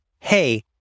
Hey